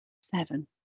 Seven